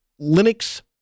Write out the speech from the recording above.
Linux